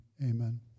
amen